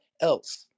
else